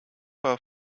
war